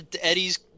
Eddie's